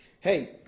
Hey